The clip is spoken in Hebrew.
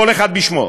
כל אחד בשמו,